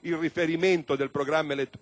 il riferimento